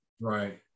Right